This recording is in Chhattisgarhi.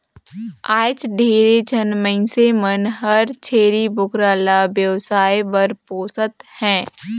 आयज ढेरे झन मइनसे मन हर छेरी बोकरा ल बेवसाय बर पोसत हें